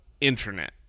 internet